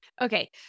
Okay